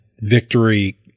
victory